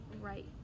right